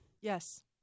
yes